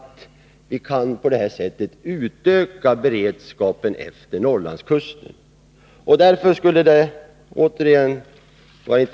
Det är